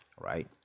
right